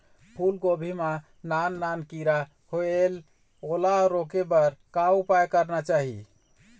फूलगोभी मां नान नान किरा होयेल ओला रोके बर का उपाय करना चाही?